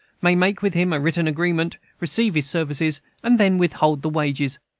may make with him a written agreement receive his services, and then withhold the wages.